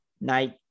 night